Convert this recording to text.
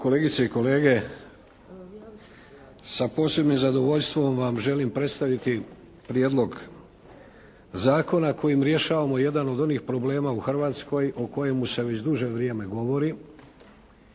kolegice i kolege sa posebnim zadovoljstvom vam želim predstaviti Prijedlog zakona kojim rješavamo jedan od onih problema u Hrvatskoj o kojemu se već duže vrijeme govori,